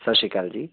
ਸਤਿ ਸ਼੍ਰੀ ਅਕਾਲ ਜੀ